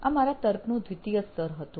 આ મારા તર્કનું દ્વિતીય સ્તર હતું